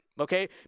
Okay